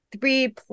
three